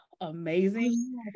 amazing